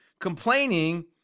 complaining